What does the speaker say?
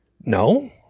no